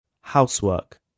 Housework